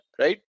right